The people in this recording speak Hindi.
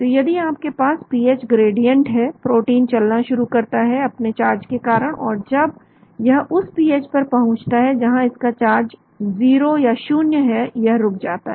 तो यदि आपके पास पीएच ग्रेडियंट है प्रोटीन चलना शुरू करता है अपने चार्ज के कारण और जब यह उस पीएच पर पहुंचता है जहां इसका चार्ज जीरो है यह रुक जाता है